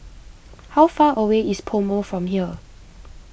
how far away is PoMo from here